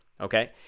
Okay